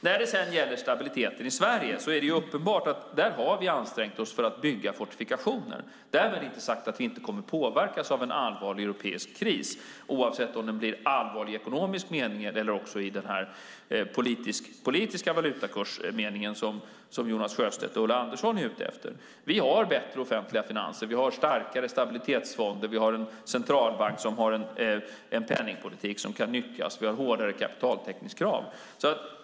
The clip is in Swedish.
När det gäller stabiliteten i Sverige har vi ansträngt oss för att bygga fortifikationer - därmed inte sagt att vi inte kommer att påverkas av en allvarlig europeisk kris, oavsett om den blir allvarlig i ekonomisk mening eller i den politiska valutakursmening som Jonas Sjöstedt och Ulla Andersson är ute efter. Vi har bättre offentliga finanser. Vi har starkare stabilitetsfonder. Vi har en centralbank som har en penningpolitik som kan nyttjas, och vi har hårdare kapitaltäckningskrav.